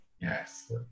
Yes